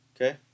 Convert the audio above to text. Okay